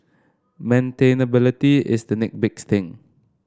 maintainability is the next big thing